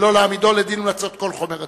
שלא להעמידו לדין ולמצות את כל חומר הדין.